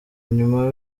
nyuma